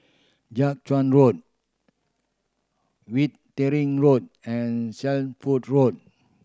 Jiak Chuan Road Wittering Road and Shelford Road